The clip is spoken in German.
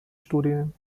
studien